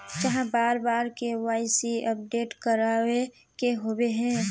चाँह बार बार के.वाई.सी अपडेट करावे के होबे है?